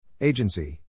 Agency